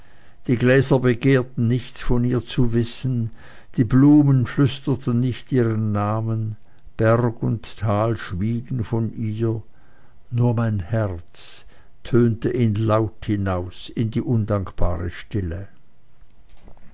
die gräser begehrten nichts von ihr zu wissen die blumen flüsterten nicht ihren namen berg und tal schwiegen von ihr nur mein herz tönte ihn laut hinaus in die undankbare stille